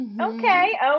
Okay